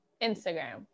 instagram